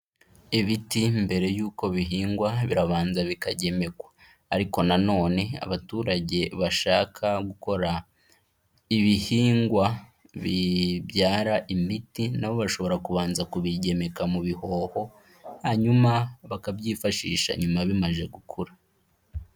Ibiti mbere y'uko bihingwa birabanza bikagemekwa. Ariko na none abaturage bashaka gukora ibihingwa bibyara imiti, nabo bashobora kubanza kubigemeka mu bihoho, hanyuma bakabyifashisha nyuma bimaje gukura